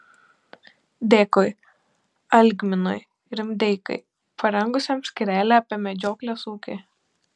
dėkui algminui rimdeikai parengusiam skyrelį apie medžioklės ūkį